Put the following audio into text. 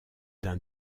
d’un